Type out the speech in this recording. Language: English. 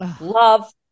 Love